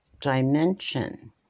dimension